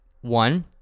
one